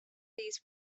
these